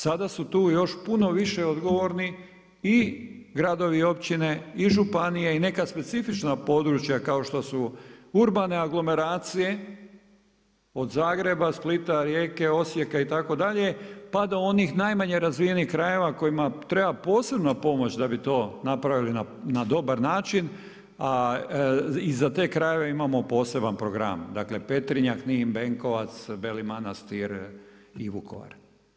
Sada su tu još puno više odgovorni i gradovi, općine i županije i neka specifična područja kao što su urbane aglomeracije od Zagreba, Splita, Rijeke, Osijeka itd., pa do onih najmanje razvijenih krajeva kojima treba posebna pomoć da bi to napravili na dobar način, a i za te krajeve imamo poseban program, dakle Petrinja, Knin, Benkovac, Beli Manastir i Vukovar.